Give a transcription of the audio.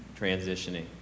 transitioning